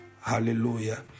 Hallelujah